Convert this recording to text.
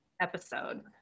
episode